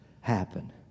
happen